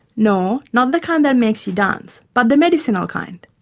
no, not the kind that makes you dance but the medicinal kind.